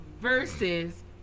Versus